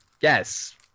Yes